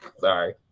Sorry